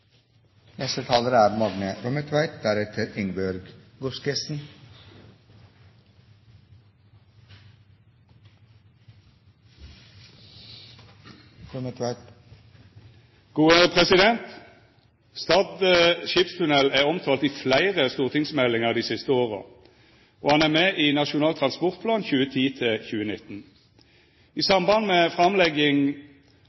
neste Nasjonal transportplan vil Stad skipstunnel vere eit særdeles viktig prosjekt. Stad skipstunnel er omtalt i fleire stortingsmeldingar dei siste åra, og han er med i Nasjonal transportplan 2010–2019. I